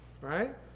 right